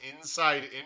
inside